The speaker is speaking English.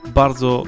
bardzo